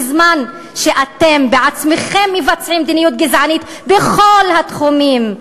בזמן שאתם עצמכם מבצעים מדיניות גזענית בכל התחומים.